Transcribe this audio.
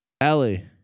Ellie